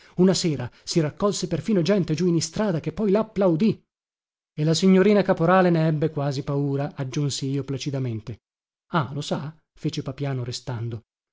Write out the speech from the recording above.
una sera si raccolse perfino gente giù in istrada che poi la applaudì e la signorina caporale ne ebbe quasi paura aggiunsi io placidamente ah lo sa fece papiano restando